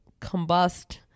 combust